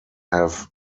have